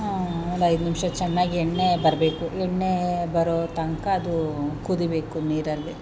ಹಾಂ ಒಂದು ಐದು ನಿಮಿಷ ಚೆನ್ನಾಗಿ ಎಣ್ಣೆ ಬರಬೇಕು ಎಣ್ಣೇ ಬರೋ ತನಕ ಅದೂ ಕುದಿಬೇಕು ನೀರಲ್ಲಿ